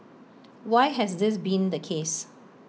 why has this been the case